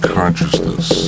Consciousness